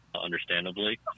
understandably